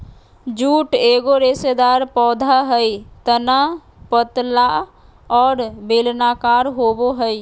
jute एगो रेशेदार पौधा हइ तना पतला और बेलनाकार होबो हइ